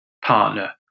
partner